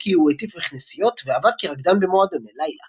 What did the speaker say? במילווקי הוא הטיף בכנסיות ועבד כרקדן במועדוני לילה.